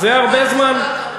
אכן, זה הרבה זמן.